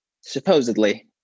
supposedly